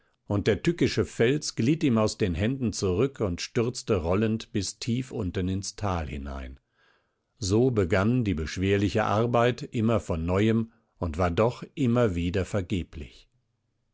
und der tückische fels glitt ihm aus den händen zurück und stürzte rollend bis tief unten ins thal hinein so begann die beschwerliche arbeit immer von neuem und war doch immer wieder vergeblich